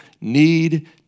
need